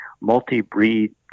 multi-breed